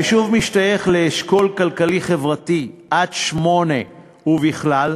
היישוב משתייך לאשכול כלכלי-חברתי עד 8 ובכלל,